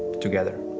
together.